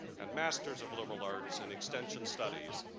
and master of liberal arts in extension studies.